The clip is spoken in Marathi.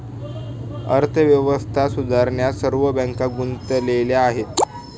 अर्थव्यवस्था सुधारण्यात सर्व बँका गुंतलेल्या आहेत